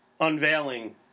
unveiling